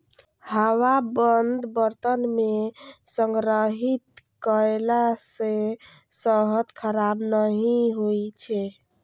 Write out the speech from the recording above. हवाबंद बर्तन मे संग्रहित कयला सं शहद खराब नहि होइ छै